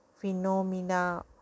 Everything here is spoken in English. phenomena